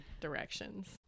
directions